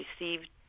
received